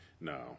No